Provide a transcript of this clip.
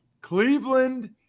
Cleveland